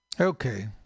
Okay